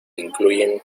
incluyen